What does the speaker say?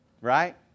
Right